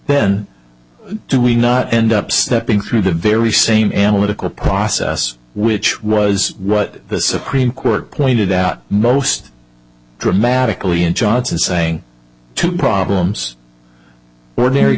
then do we not end up stepping through the very same analytical process which was what the supreme court pointed out most dramatically in johnson saying two problems ordinary